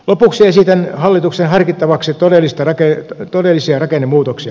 lopuksi esitän hallituksen harkittavaksi todellisia rakennemuutoksia